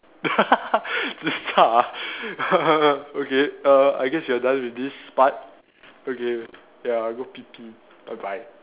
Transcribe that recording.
ya okay err I guess we are done with this part okay ya I go pee pee bye bye